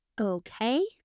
okay